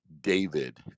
David